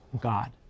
God